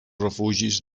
refugis